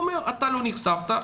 אתה לא נחשפת.